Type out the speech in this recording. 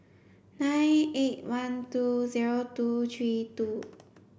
nine eight one two zero two three two